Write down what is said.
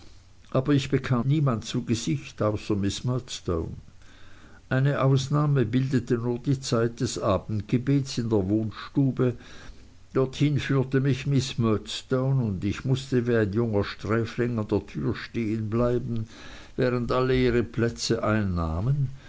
aber ich bekam niemand zu gesicht außer miß murdstone eine ausnahme bildete nur die zeit des abendgebetes in der wohnstube dorthin führte mich miß murdstone und ich mußte wie ein junger sträfling an der tür stehen bleiben während alle ihre plätze einnahmen